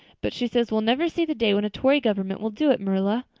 but she says we'll never see the day when a tory government will do it. marilla,